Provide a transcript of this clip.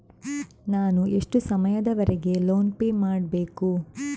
ನಾನು ಎಷ್ಟು ಸಮಯದವರೆಗೆ ಲೋನ್ ಪೇ ಮಾಡಬೇಕು?